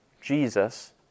Jesus